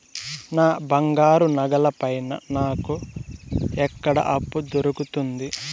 నా బంగారు నగల పైన నాకు ఎక్కడ అప్పు దొరుకుతుంది